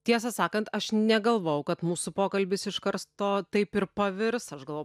tiesą sakant aš negalvojau kad mūsų pokalbis iš karsto taip ir pavirs aš galvojau